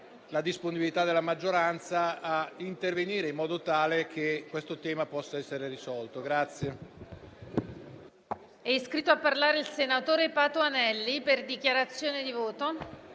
la disponibilità della maggioranza stessa a intervenire in modo tale che questo tema possa essere risolto.